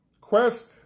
quest